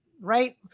right